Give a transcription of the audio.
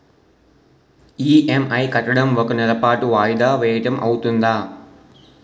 EMI కట్టడం ఒక నెల పాటు వాయిదా వేయటం అవ్తుందా?